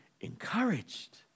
encouraged